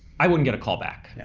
i wouldn't get a call back. yeah